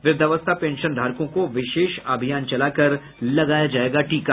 व्रद्धावस्था pension धारकों को विशेष अभियान चलाकर लगाया जायेगा टीका